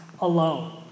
alone